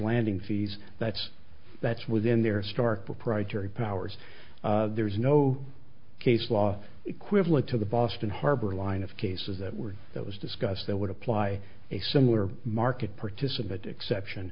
landing fees that's that's within their stark proprietary powers there is no case law equivalent to the boston harbor line of cases that were that was discussed that would apply a similar market participate exception